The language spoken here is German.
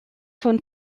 von